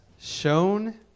Shown